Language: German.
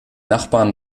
nachbarn